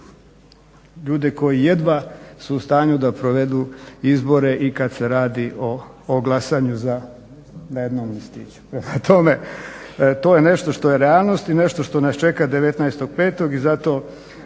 ljude koji jedva su u stanju da provedu izbore i kad se radi o glasanju za, na jednom listiću, prema tome to je nešto što je realnost i nešto što nas čeka 19.5.